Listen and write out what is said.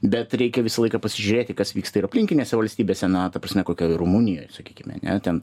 bet reikia visą laiką pasižiūrėti kas vyksta ir aplinkinėse valstybėse na ta prasme kokioj rumunijoj sakykime ne ten